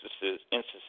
instances